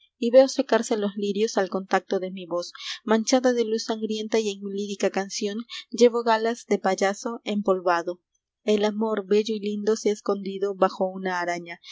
reloj y veo secarse los lirios al contacto de mi voz manchada de luz sangrienta y en mi lírica canción llevo galas de payaso empolvado el amor bello y lindo se ha escondido bajo una araña